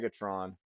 Megatron